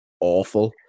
awful